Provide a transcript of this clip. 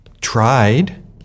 tried